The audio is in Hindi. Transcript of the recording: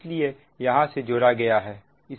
इसलिए यहां से जोड़ा गया है